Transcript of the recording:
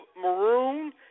maroon